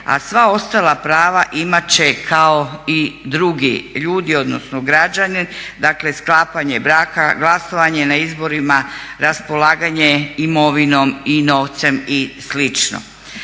a sva ostala prava imat će kao i drugi ljudi odnosno građani, dakle sklapanje braka, glasovanje na izborima, raspolaganje imovinom i novcem i